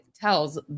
tells